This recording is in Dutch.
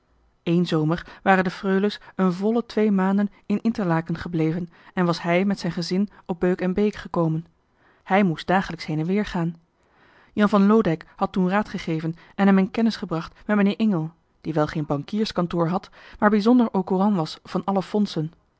eén zomer waren de freules een volle twee maanden in interlaken gebleven en was hij met zijn gezin op beuk en beek gekomen hij moest dagelijks heen-en-weer gaan jan van loodijck had toen raad gegeven en hem in kennis gebracht met meneer ingel die wel geen bankierskantoor had maar bijzonder au courant was van alle fondsen